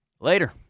Later